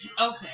Okay